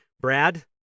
Brad